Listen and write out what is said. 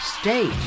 state